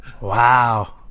Wow